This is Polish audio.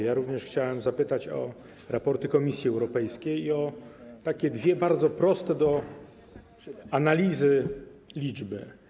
Ja również chciałem zapytać o raporty Komisji Europejskiej i o takie dwie bardzo proste do analizy liczby.